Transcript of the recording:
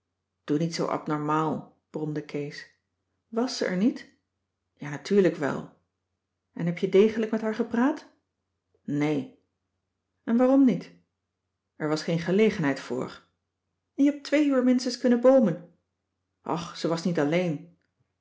doe niet zoo abnormaal bromde kees was ze er niet ja natuurlijk wel en heb je degelijk met haar gepraàt nee en waarom niet er was geen gelegenheid voor en je hebt twee uur minstens kunnen boomen och ze was niet alleen